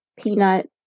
peanut